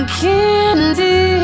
candy